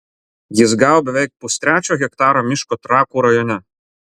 jis gavo beveik pustrečio hektaro miško trakų rajone